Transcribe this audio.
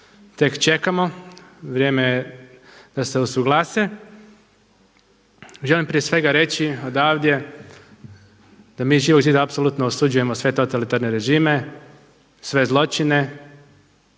tek čekamo. Vrijeme je da se usuglase. Želim prije svega reći odavde da mi iz Živog zida apsolutno osuđujemo sve totalitarne režime, sve zločine.